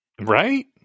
right